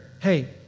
Hey